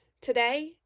Today